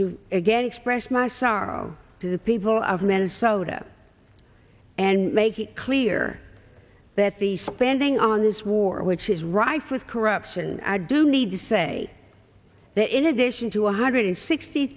to again express my sorrow to the people of minnesota and make it clear that the spending on this war which is rife with corruption i do need to say that in addition to one hundred sixty